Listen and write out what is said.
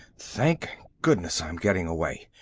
thank goodness i'm getting away.